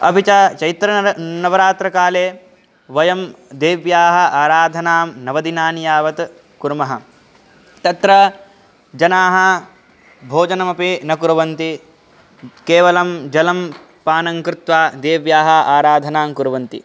अपि च चैत्रे नवरात्रिकाले वयं देव्याः आराधनां नवदिनानि यावत् कुर्मः तत्र जनाः भोजनमपि न कुर्वन्ति केवलं जलं पानं कृत्वा देव्याः आराधनां कुर्वन्ति